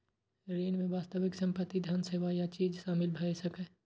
ऋण मे वास्तविक संपत्ति, धन, सेवा या चीज शामिल भए सकैए